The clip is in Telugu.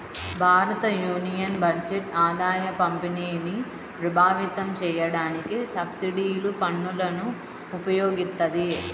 భారతయూనియన్ బడ్జెట్ ఆదాయపంపిణీని ప్రభావితం చేయడానికి సబ్సిడీలు, పన్నులను ఉపయోగిత్తది